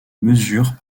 mesures